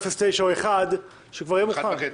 0.9. סעיף 4,